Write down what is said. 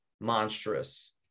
monstrous